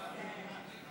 שיחה למוקדי חירום),